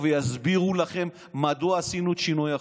ויסבירו לכם מדוע עשינו את שינוי החוק?